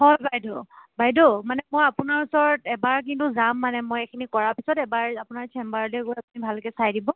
হয় বাইদেউ বাইদেউ মানে মই আপোনাৰ ওচৰত এবাৰ কিন্তু যাম মানে মই এইখিনি কৰাৰ পিছত এবাৰ আপোনাৰ চেম্বাৰলৈ গৈ আপুনি ভালকৈ চাই দিব